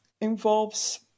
involves